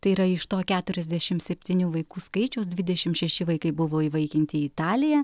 tai yra iš to keturiasdešim septynių vaikų skaičiaus dvidešim šeši vaikai buvo įvaikinti į italiją